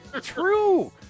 true